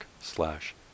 slash